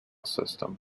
system